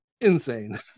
insane